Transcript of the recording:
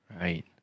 Right